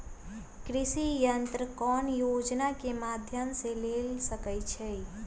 कृषि यंत्र कौन योजना के माध्यम से ले सकैछिए?